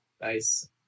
Nice